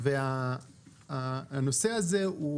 הנושא הזה,